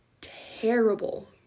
terrible